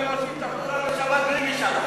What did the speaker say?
היום הם עושים תחבורה בשבת בלי משאל עם.